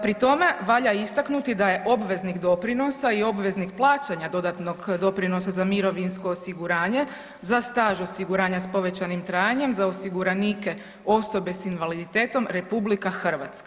Pri tome valja istaknuti da je obveznik doprinosa i obveznik plaćanja dodatnog doprinosa za mirovinsko osiguranje za staž osiguranja s povećanim trajanjem za osiguranike osobe s invaliditetom RH.